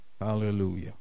Hallelujah